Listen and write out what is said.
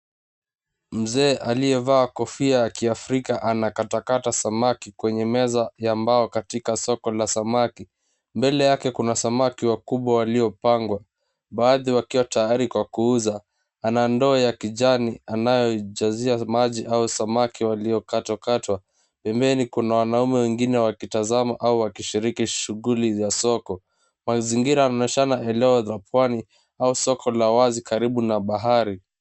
Mzee aliyevaa kofia ya kiafrika anakatakata samaki kwenye meza ya mbao katika soko la samaki. Mbele yake kuna samaki wakubwa waliopangwa, baadhi wakiwa tayari kwa kuuza. Ana ndoo ya kijani anayoijazia maji au samaki waliokatwakatwa. Pembeni kuna wanaume wengine wakitazama au wa kishiriki shughuli za soko. Mazingira yanaonyeshana eneo za pwani au soko la wazi karibu na bahari.